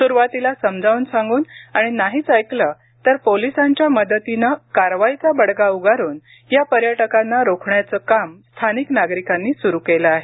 स्रुवातीला समजावून सांगून आणि नाहीच ऐकले तर पोलिसांच्या मदतीनं कारवाईचा बडगा उभारून या पर्यटकांना रोखण्याचं काम स्थानिक नागरिकांनी सुरू केलं आहे